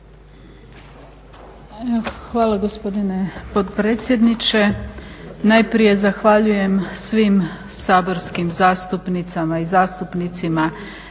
Hvala gospodine potpredsjedniče. Najprije zahvaljujem svim saborskim zastupnicama i zastupnicima